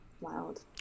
wild